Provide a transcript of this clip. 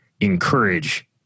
encourage